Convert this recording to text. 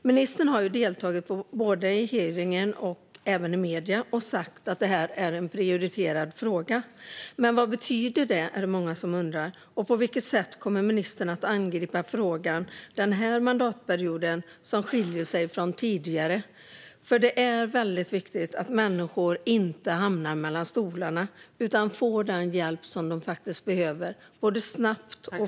Ministern har deltagit i hearingen och i medierna, och hon har sagt att psykisk ohälsa är en prioriterad fråga. Men vad betyder det, är det många som undrar. På vilket sätt kommer ministern att angripa frågan den här mandatperioden som skiljer sig från tidigare? Det är viktigt att människor inte hamnar mellan stolarna utan att de får den hjälp de faktiskt behöver snabbt och .